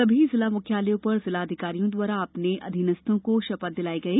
सभी जिला मुख्यालयों पर जिला अधिकारियों द्वारा अपने अधीनस्थों को शपथ दिलाई गई